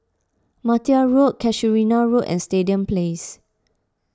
Martia Road Casuarina Road and Stadium Place